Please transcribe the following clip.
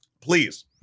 Please